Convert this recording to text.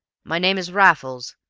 my name is raffles,